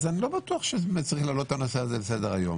לא בטוח שצריך להעלות את הנושא הזה לסדר-היום.